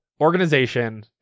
organization